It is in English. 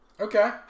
Okay